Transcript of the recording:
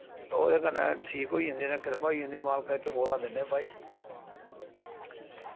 ओह्दे कन्नै ठीक होई जन्दे न कृपा होई जंदी मालका दी टकोरां दिन्ने भाई